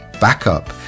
backup